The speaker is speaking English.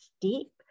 deep